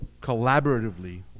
collaboratively